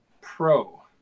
pro